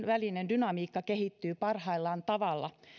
välinen dynamiikka kehittyy parhaillaan tavalla